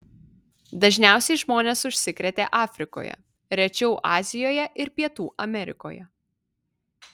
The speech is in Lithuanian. dažniausiai žmonės užsikrėtė afrikoje rečiau azijoje ir pietų amerikoje